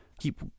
keep